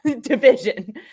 division